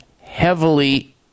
heavily